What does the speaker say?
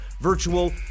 virtual